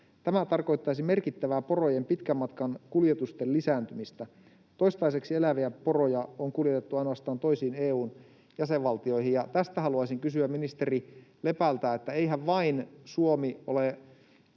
Tämä tarkoittaisi merkittävää porojen pitkän matkan kuljetusten lisääntymistä. Toistaiseksi eläviä poroja on kuljetettu ainoastaan toisiin EU:n jäsenvaltioihin.” Ja tästä haluaisin kysyä ministeri Lepältä: eihän vain Suomi ole